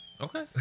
Okay